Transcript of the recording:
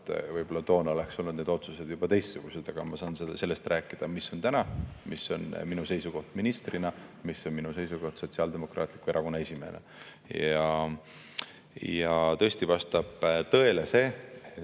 juhul] toona olnud need otsused juba teistsugused. Aga ma saan sellest rääkida, mis on täna, mis on minu seisukoht ministrina ja mis on minu seisukohad Sotsiaaldemokraatliku Erakonna esimehena. Tõesti vastab tõele,